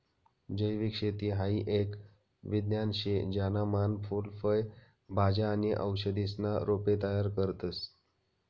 जैविक शेती हाई एक विज्ञान शे ज्याना मान फूल फय भाज्या आणि औषधीसना रोपे तयार करतस